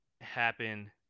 happen